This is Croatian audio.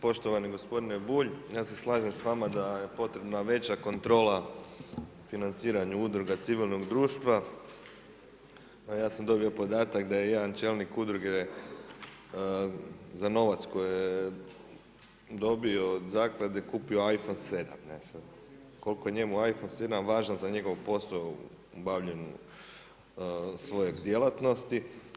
Poštovani gospodine Bulj, ja se slažem s vama da je potrebna veća kontrola financiranju udruga civilnog društva, ja sam dobio podatak da je jedan čelnik udruge za novac koji je dobio od zaklade kupio IPhone 7, koliko je njemu IPhone 7 važan za njegov posao u obavljanju svoje djelatnosti.